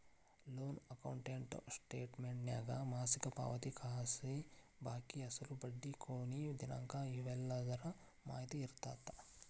loan account ಸ್ಟೇಟಮೆಂಟ್ನ್ಯಾಗ ಮಾಸಿಕ ಪಾವತಿ ಬಾಕಿ ಅಸಲು ಬಡ್ಡಿ ಕೊನಿ ದಿನಾಂಕ ಇವೆಲ್ಲದರ ಮಾಹಿತಿ ಇರತ್ತ